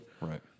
Right